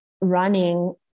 running